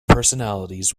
personalities